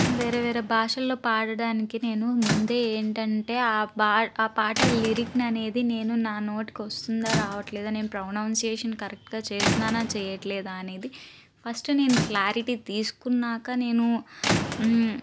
వేరే వేరే భాషల్లో పాడడానికి నేను ముందే ఏంటంటే ఆ బా ఆ పాట లిరిక్ ననేది నేను నా నోటికొస్తుందా రావట్లేదా నేను ప్రొనౌన్సియేషన్ కరెక్ట్గా చేసినానా చేయట్లేదా అనేది ఫస్ట్ నేను క్లారిటీ తీసుకున్నాక నేను